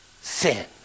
sin